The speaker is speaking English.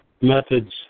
methods